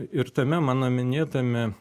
ir tame mano minėtame